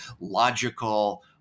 logical